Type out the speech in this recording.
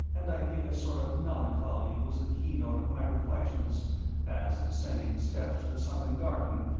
and i think a sort of melancholy was the keynote of my reflections as, descending the steps to the sunken garden,